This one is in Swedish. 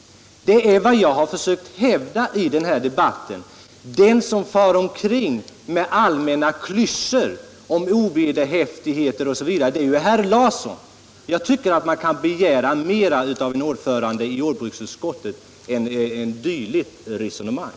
Detta är vad jag har försökt hävda i den här debatten. Den som far omkring med allmänna klyschor om ovederhäftigheter osv. är ju herr Larsson. Jag tycker att man kan begära mera av ordföranden i jordbruksutskottet än dylikt resonemang.